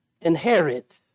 inherit